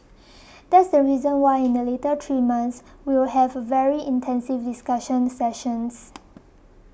that's the reason why in the later three months we will have very intensive discussion sessions